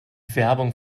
werbung